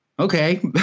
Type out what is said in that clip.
okay